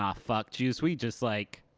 um fuck, juice. we just, like.